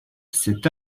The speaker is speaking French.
cet